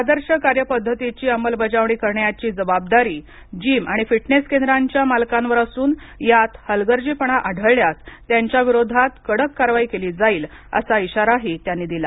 आदर्श कार्यपद्धतीची अंमलबजावणी करण्याची जबाबदारी जिम आणि फिटनेस केंद्रांच्या मालकांवर असून यात हलगर्जीपणा आढळल्यास त्यांच्या विरोधात कडक कारवाई केली जाईल असा इशाराही त्यांनी दिला